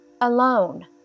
alone